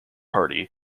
hardy